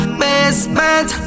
basement